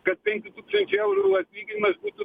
kad penkių tūkstančių eurų atlyginimas būtų